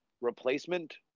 replacement